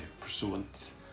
pursuance